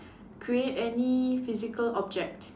create any physical object